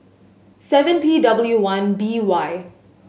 seven P W one B Y